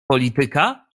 polityka